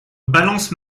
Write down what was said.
balance